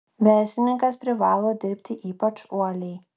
verslininkas privalo dirbti ypač uoliai